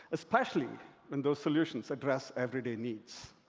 especially when those solutions address everyday needs.